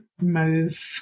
move